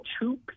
two